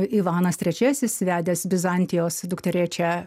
ivanas trečiasis vedęs bizantijos dukterėčią